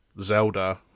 Zelda